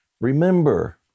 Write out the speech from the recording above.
remember